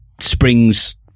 springs